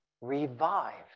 revived